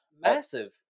Massive